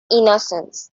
innocence